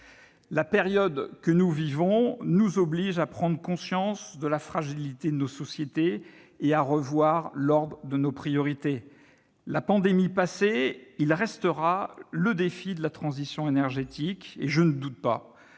La période que nous vivons nous oblige à prendre conscience de la fragilité de nos sociétés et à revoir l'ordre de nos priorités. La pandémie passée, il restera le défi de la transition énergétique. Je ne doute pas